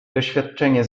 doświadczenie